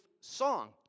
song